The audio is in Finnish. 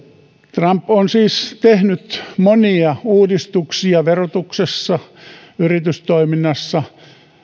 trump on siis tehnyt monia uudistuksia verotuksessa yritystoiminnassa